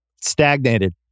Stagnated